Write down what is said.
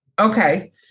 Okay